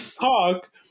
talk